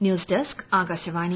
news desk Akashvani